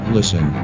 Listen